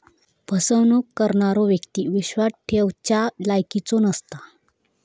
फसवणूक करणारो व्यक्ती विश्वास ठेवच्या लायकीचो नसता